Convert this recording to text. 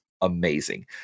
amazing